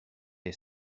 est